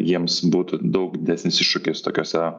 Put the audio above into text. jiems būtų daug didesnis iššūkis tokiuose